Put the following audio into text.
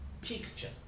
picture